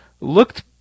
looked